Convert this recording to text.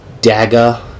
dagger